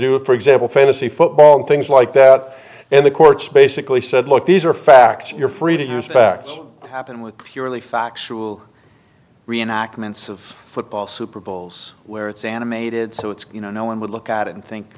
do it for example fantasy football and things like that and the courts basically said look these are facts you're free to use facts happened with purely factual reenactments of football super bowls where it's animated so it's you know no one would look at it and think